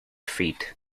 feed